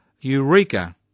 Eureka